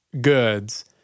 goods